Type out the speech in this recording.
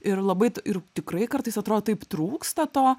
ir labai ir tikrai kartais atrodo taip trūksta to